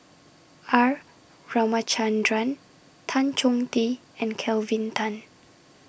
R Ramachandran Tan Chong Tee and Kelvin Tan